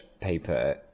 paper